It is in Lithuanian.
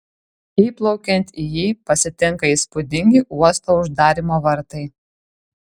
įplaukiant į jį pasitinka įspūdingi uosto uždarymo vartai